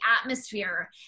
atmosphere